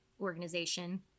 Organization